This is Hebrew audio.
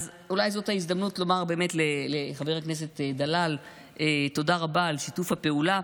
אז אולי זאת ההזדמנות לומר לחבר הכנסת דלל תודה רבה על שיתוף הפעולה,